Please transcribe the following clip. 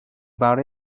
about